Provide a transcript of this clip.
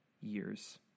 years